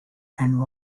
and